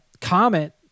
comment